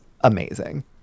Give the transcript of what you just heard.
amazing